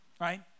Right